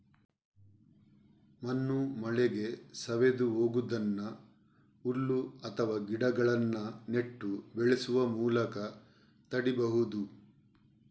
ಮಣ್ಣು ಮಳೆಗೆ ಸವೆದು ಹೋಗುದನ್ನ ಹುಲ್ಲು ಅಥವಾ ಗಿಡಗಳನ್ನ ನೆಟ್ಟು ಬೆಳೆಸುವ ಮೂಲಕ ತಡೀಬಹುದು